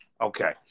Okay